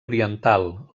oriental